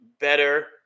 better